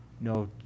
No